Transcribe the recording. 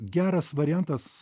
geras variantas